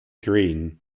green